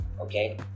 okay